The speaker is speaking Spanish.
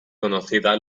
conocida